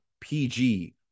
PG